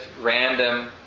random